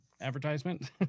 advertisement